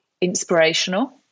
inspirational